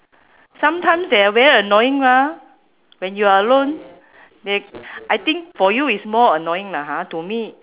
sometimes they are very annoying ah when you're alone they I think for you it's more annoying lah ha to me